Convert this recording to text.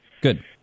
Good